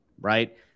right